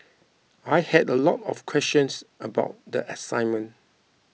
I had a lot of questions about the assignment